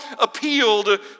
appealed